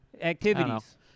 activities